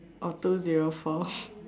oh two zero fourth